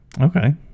Okay